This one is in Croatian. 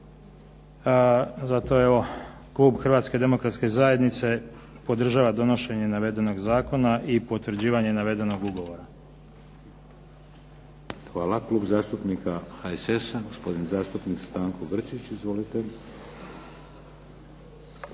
Zato evo klub Hrvatske demokratske zajednice podržava donošenje navedenog zakona i potvrđivanje navedenog ugovora. **Šeks, Vladimir (HDZ)** Hvala. Klub zastupnika HSS-a gospodin zastupnik Stanko Grčić. Izvolite.